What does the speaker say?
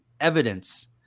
evidence